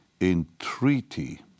entreaty